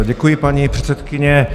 Děkuji, paní předsedkyně.